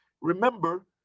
Remember